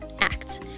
Act